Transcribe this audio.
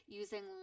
using